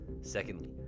Secondly